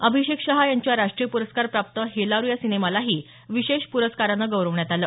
अभिषेक शाह यांच्या राष्ट्रीय प्रस्कार प्राप्त हेलारू या सिनेमालाही विशेष प्रस्कारानं गौरवण्यात आलं